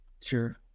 Sure